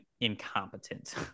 incompetent